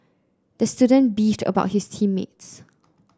the student beefed about his team mates